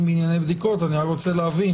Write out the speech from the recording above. עם ענייני בדיקות אבל אני רק רוצה להבין